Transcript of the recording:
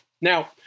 Now